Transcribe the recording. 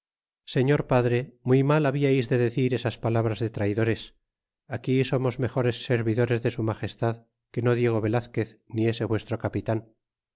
señor padre muy mal hablais en decir esas palabras de traydores aquí somos mejores servidores de su magestad que no diego velazquez ni ese vuestro capitan